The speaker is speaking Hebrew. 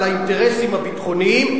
על האינטרסים הביטחוניים,